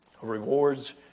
Rewards